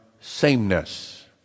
sameness